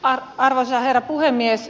arvoisa herra puhemies